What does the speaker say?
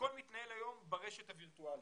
ברשת הווירטואלית.